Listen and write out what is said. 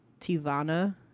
Tivana